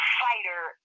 fighter